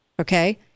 Okay